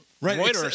right